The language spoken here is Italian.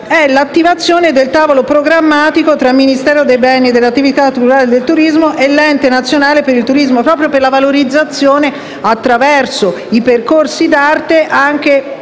è l'attivazione del tavolo programmatico tra Ministero dei beni e delle attività culturali e del turismo e l'Ente nazionale italiano per il turismo proprio per la valorizzazione, attraverso i percorsi di arte, dello